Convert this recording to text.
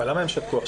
למה עכשיו הם שתקו?